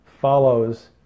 follows